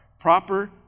proper